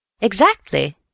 Exactly